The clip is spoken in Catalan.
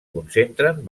concentren